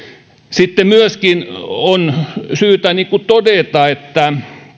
sitten myöskin on syytä todeta